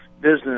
business